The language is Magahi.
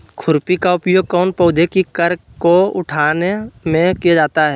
खुरपी का उपयोग कौन पौधे की कर को उठाने में किया जाता है?